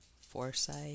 foresight